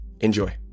Enjoy